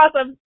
awesome